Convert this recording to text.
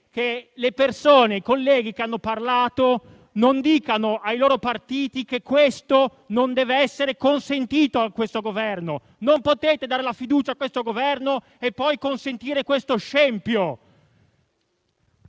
che i colleghi che hanno parlato non dicano ai loro partiti che questo non deve essere consentito al Governo? Non potete dare la fiducia al Governo e poi consentire uno scempio